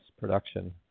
production